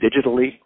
digitally